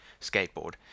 skateboard